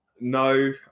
no